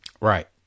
Right